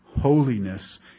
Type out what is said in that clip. holiness